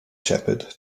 shepherd